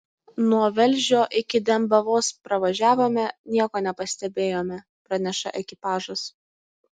nuo velžio iki dembavos pravažiavome nieko nepastebėjome praneša ekipažas